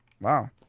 Wow